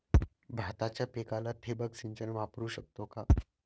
भाताच्या पिकाला ठिबक सिंचन वापरू शकतो का?